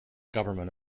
government